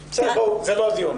בסדר, בואו, זה לא הדיון.